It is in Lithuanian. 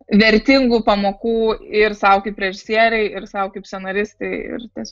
vertingų pamokų ir sau kaip režisierei ir sau kaip scenaristei ir tiesiog